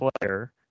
player